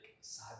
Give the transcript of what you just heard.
sad